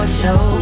show